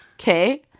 okay